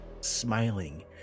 smiling